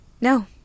No